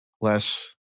less